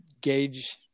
gauge